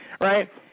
right